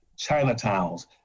Chinatowns